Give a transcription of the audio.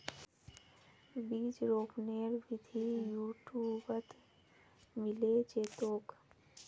बीज रोपनेर विधि यूट्यूबत मिले जैतोक